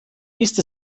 ist